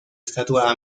estatua